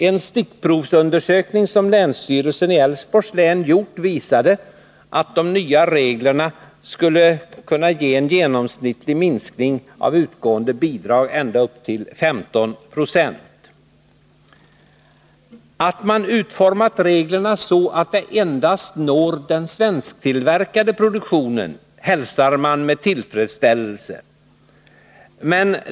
En stickprovsundersökning som länsstyrelsen i Älvsborgs län gjort visade att man med de nya reglerna skulle kunna få en genomsnittlig minskning av utgående bidrag med ända upp till 15 96. Att man utformat reglerna så att de endast gäller svensktillverkade produkter hälsas med tillfredsställelse.